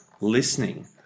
listening